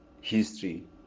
history